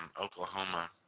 Oklahoma